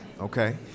okay